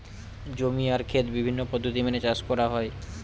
জমি আর খেত বিভিন্ন পদ্ধতি মেনে চাষ করা হয়